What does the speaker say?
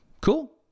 Cool